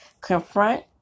Confront